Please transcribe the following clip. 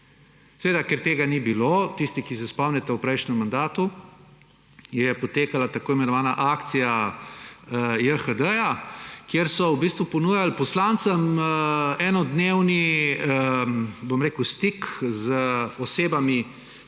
Seveda, ker tega ni bilo, tisti, ki se spomnite, v prejšnjem mandatu je potekala tako imenovana akcija YHD, kjer so v bistvu ponujali poslancem enodnevni stik z osebami,